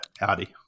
Audi